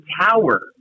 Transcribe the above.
tower